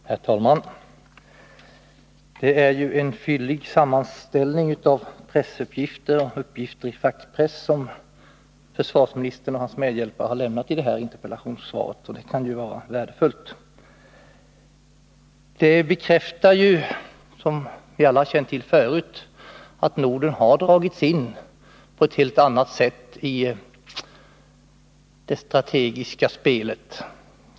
Herr talman! Det är ju en fyllig sammanställning av pressuppgifter och uppgifter i fackpress som försvarsministern och hans medhjälpare har lämnat i detta interpellationssvar. Det kan ju vara värdefullt. Det bekräftar — som vi alla känt till redan förut — att Norden nu på ett helt annat sätt än tidigare har dragits in i det strategiska spelet.